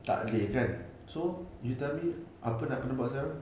tak boleh kan so you tell me apa nak kena buat sekarang